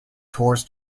tours